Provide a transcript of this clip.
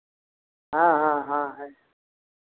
हाँ हाँ हाँ हैं